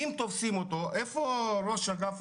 אם תופסים אותו, איפה ראש אגף